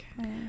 okay